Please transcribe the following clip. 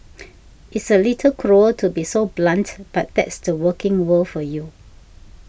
it's a little cruel to be so blunt but that's the working world for you